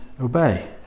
obey